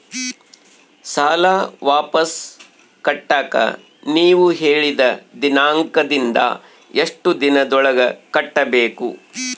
ಸಾಲ ವಾಪಸ್ ಕಟ್ಟಕ ನೇವು ಹೇಳಿದ ದಿನಾಂಕದಿಂದ ಎಷ್ಟು ದಿನದೊಳಗ ಕಟ್ಟಬೇಕು?